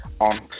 on